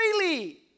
freely